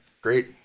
great